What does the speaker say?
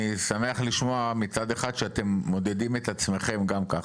אני שמח לשמוע שמצד אחד אתם מודדים את עצמכם גם ככה,